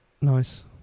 nice